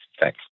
Thanks